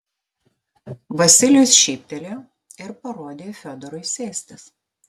vasilijus šyptelėjo ir parodė fiodorui sėstis